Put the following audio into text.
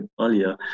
earlier